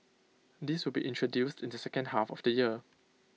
this will be introduced in the second half of the year